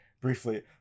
briefly